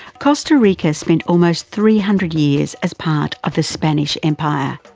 costa rica spent almost three hundred years as part of the spainish empire.